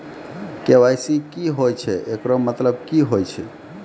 KYC की होय छै, एकरो मतलब की होय छै?